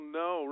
no